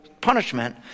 Punishment